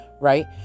right